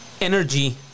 energy